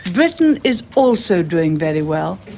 britain is also doing very well,